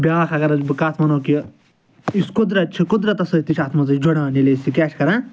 بیاکھ اَگر حظ بہٕ کَتھ وَنَو کہ یُس قدرَت چھِ قدرَتَس سۭتۍ تہِ چھِ اَتھ منٛز أسۍ جُڑان ییٚلہِ أسۍ کیٛاہ چھِ کران